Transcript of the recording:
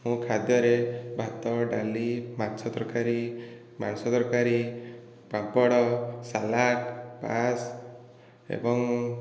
ମୁଁ ଖାଦ୍ୟରେ ଭାତ ଡାଲି ମାଛ ତରକାରୀ ମାଂସ ତରକାରୀ ପାମ୍ପଡ଼ ସାଲାଡ଼ ପାଏସ୍ ଏବଂ